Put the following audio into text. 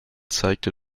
zeigte